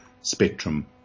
spectrum